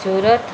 Surat